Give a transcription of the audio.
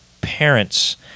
parents